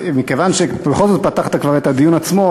מכיוון שבכל זאת פתחת כבר את הדיון עצמו,